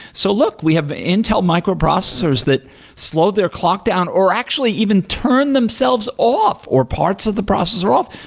so look, we have intel microprocessors that slow their clock down, or actually even turn themselves off, or parts of the processor off.